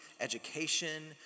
education